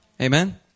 Amen